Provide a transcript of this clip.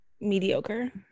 mediocre